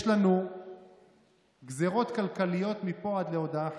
יש לנו גזרות כלכליות מפה עד להודעה חדשה,